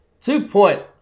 Two-point